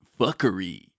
fuckery